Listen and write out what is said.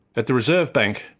at the reserve bank,